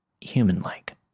human-like